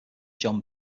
john